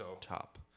top